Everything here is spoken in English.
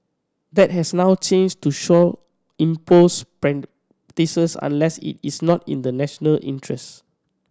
that has now changed to shall impose unless it is not in the national interest